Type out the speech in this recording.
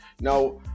Now